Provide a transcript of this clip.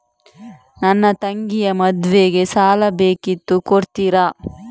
ನನ್ನ ತಂಗಿಯ ಮದ್ವೆಗೆ ಸಾಲ ಬೇಕಿತ್ತು ಕೊಡ್ತೀರಾ?